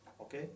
okay